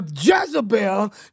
Jezebel